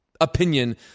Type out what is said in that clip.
opinion